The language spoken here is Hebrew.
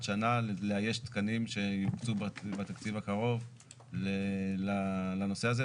שנה לאייש תקנים שיוקצו בתקציב הקרוב לנושא הזה?